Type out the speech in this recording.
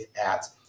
ads